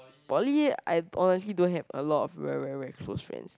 poly I honestly don't have a lot of very very very close friends